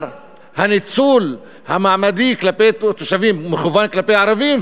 הניצול המעמדי כלפי תושבים מכוון כלפי הערבים,